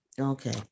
Okay